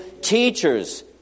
Teachers